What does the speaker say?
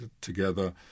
together